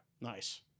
Nice